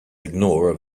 ignore